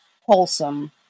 wholesome